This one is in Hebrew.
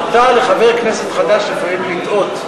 לחבר כנסת חדש לפעמים לטעות.